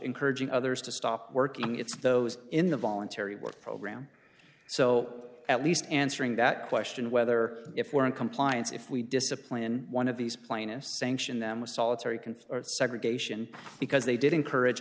encouraging others to stop working it's those in the voluntary work program so at least answering that question whether if we're in compliance if we discipline one of these plaintiffs sanction them with solitary confinement segregation because they did encourage